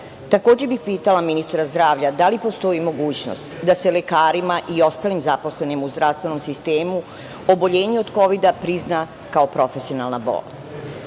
kovida? Takođe bih pitala ministra zdravalja – da li postoji mogućnost da se lekarima i ostalim zaposlenim u zdravstvenom sistemu oboljenje od kovida prizna kao profesionalna bolest?